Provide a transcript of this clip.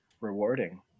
rewarding